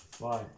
bye